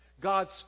God's